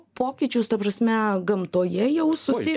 pokyčius ta prasme gamtoje jaustųsi